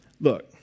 Look